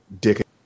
dick